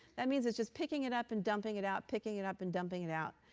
that means it's just picking it up and dumping it out, picking it up and dumping it out.